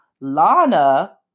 Lana